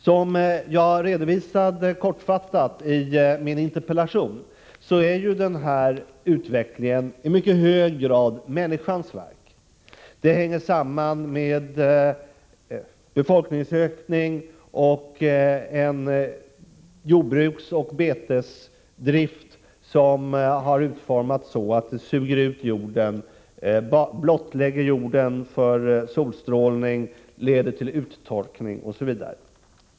Som jag kortfattat redovisade i min interpellation är den nuvarande situationen i mycket hög grad människans verk. Den hänger samman med befolkningsökningen och med en jordbruksoch betesdrift som har utformats så, att den suger ut jorden och blottlägger den för solstrålning, vilket leder till uttorkning.